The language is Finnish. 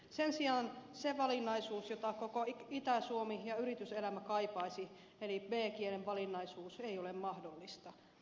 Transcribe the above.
sen sijaan se valinnaisuus jota koko itä suomi ja yrityselämä kaipaisi eli b kielen valinnaisuus ei ole mahdollista